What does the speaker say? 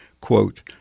quote